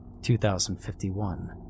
2051